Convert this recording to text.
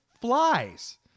flies